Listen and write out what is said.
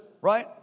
right